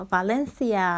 Valencia